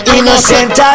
Innocent